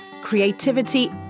creativity